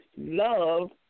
love